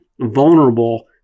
vulnerable